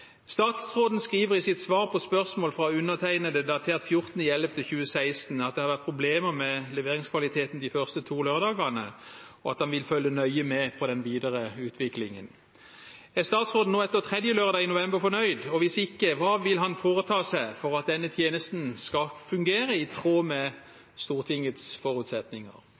Statsråden skriver i sitt svar på spørsmål fra undertegnede datert 14. november 2016 at det har vært problemer med leveringskvaliteten de første to lørdagene, og at han vil følge nøye med på den videre utviklingen. Er statsråden nå, etter tredje lørdag i november, fornøyd? Hvis ikke – hva vil han foreta seg for at denne tjenesten skal fungere i tråd med Stortingets forutsetninger?